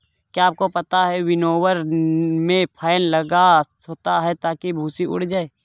क्या आपको पता है विनोवर में फैन लगा होता है ताकि भूंसी उड़ जाए?